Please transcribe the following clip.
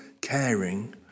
caring